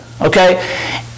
Okay